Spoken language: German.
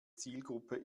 zielgruppe